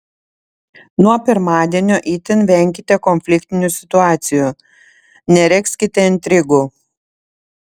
nuo pirmadienio itin venkite konfliktinių situacijų neregzkite intrigų